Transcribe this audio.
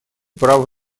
прав